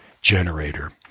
generator